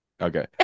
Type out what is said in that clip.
okay